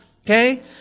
Okay